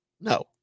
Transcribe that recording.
No